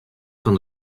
fan